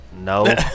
No